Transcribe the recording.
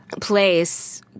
place